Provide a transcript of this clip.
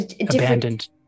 Abandoned